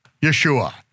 Yeshua